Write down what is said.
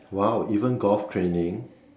!wow! even golf training